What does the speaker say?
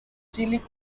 chili